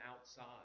outside